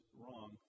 wrong